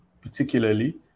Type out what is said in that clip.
particularly